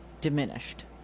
diminished